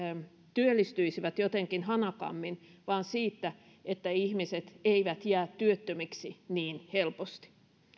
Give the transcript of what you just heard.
työllistyisivät jotenkin hanakammin vaan siitä että ihmiset eivät jää työttömiksi niin helposti